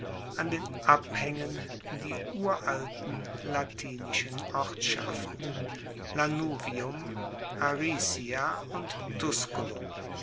an den abhaengen die uralten latinischen ortschaften lanuvium aricia und